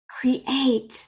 create